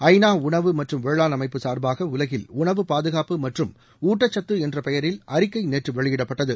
ஐநா உணவு மற்றம் வேளாண் அமைப்பு சார்பாக உலகில் உணவு பாதுகாப்பு மற்றம் ஊட்டச்சத்து என்ற பெயரில் அறிக்கை நேற்று வெளியிடப்பட்டது